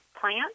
plant